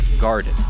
Garden